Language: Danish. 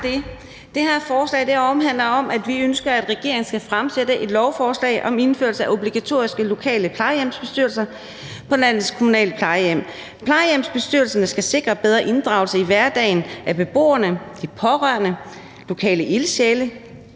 Det her forslag handler om, at vi ønsker, at regeringen skal fremsætte et lovforslag om indførelse af obligatoriske lokale plejehjemsbestyrelser på landets kommunale plejehjem. Plejehjemsbestyrelserne skal sikre bedre inddragelse af beboerne, de pårørende, lokale ildsjæle,